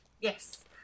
yes